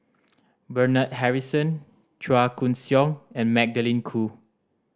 Bernard Harrison Chua Koon Siong and Magdalene Khoo